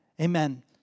amen